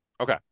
Okay